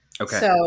Okay